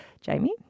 Jamie